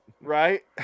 Right